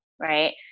right